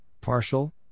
partial